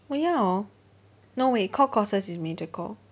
oh ya hor no wait core courses is major core